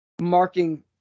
marking